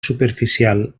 superficial